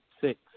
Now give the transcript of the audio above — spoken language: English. six